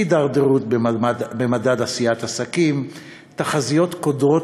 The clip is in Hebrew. הידרדרות במדד עשיית עסקים ותחזיות קודרות